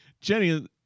Jenny